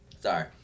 Sorry